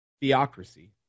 theocracy